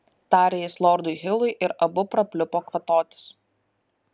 tarė jis lordui hilui ir abu prapliupo kvatotis